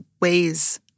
ways